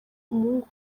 umuhungu